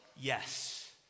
Yes